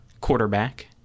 quarterback